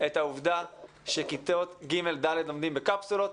את העובדה שכיתות ג'-ד' לומדות בקפסולות